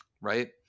right